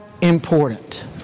important